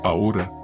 Ahora